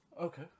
Okay